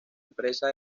empresa